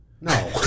No